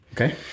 Okay